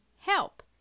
help